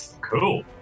Cool